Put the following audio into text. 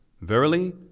Verily